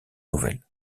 nouvelle